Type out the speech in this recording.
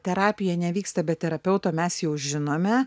terapija nevyksta be terapeuto mes jau žinome